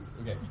Okay